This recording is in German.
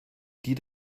die